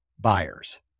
buyers